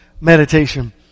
meditation